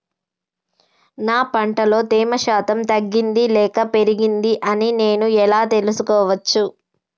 నా పంట లో తేమ శాతం తగ్గింది లేక పెరిగింది అని నేను ఎలా తెలుసుకోవచ్చు?